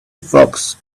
fox